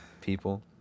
People